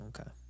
Okay